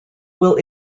will